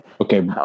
Okay